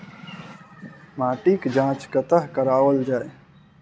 माटिक जाँच कतह कराओल जाए?